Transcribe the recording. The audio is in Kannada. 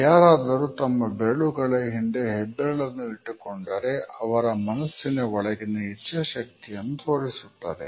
ಯಾರಾದರೂ ತಮ್ಮ ಬೆರಳುಗಳ ಹಿಂದೆ ಹೆಬ್ಬೆರಳನ್ನು ಇಟ್ಟುಕೊಂಡರೆ ಅವರ ಮನಸ್ಸಿನ ಒಳಗಿನ ಇಚ್ಛಾಶಕ್ತಿಯನ್ನು ತೋರಿಸುತ್ತದೆ